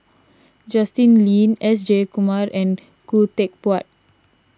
Justin Lean S Jayakumar and Khoo Teck Puat